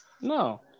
no